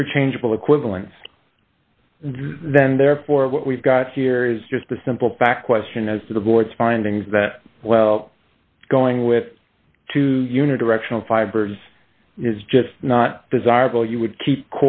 interchangeable equivalence then therefore what we've got here is just a simple fact question as to the boy's findings that well going with unidirectional fibers is just not desirable you would keep